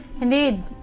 Indeed